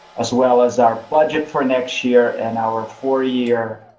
as well, as our budget for next year, and our four year.